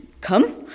come